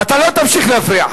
אתה לא תמשיך להפריע.